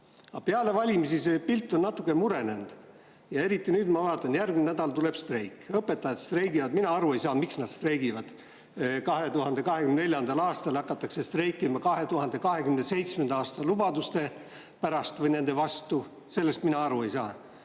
reformida. Aga see pilt on natuke murenenud. Eriti nüüd, kui ma vaatan, et järgmine nädal tuleb streik. Õpetajad streigivad ja mina aru ei saa, miks nad streigivad. 2024. aastal hakatakse streikima 2027. aasta [kohta antud] lubaduste pärast või nende vastu – sellest mina aru ei saa.